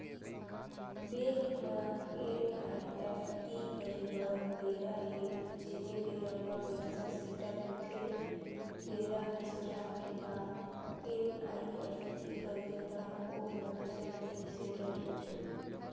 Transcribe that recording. bank म NEFT करे बर बेरा हे जेने बेरा म पइसा सेटल होथे बेरा ह सिराए के बाद एन.ई.एफ.टी करबे त ओ ह दूसर दिन सेटल होथे